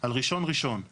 על ראשון ראשון אומרים.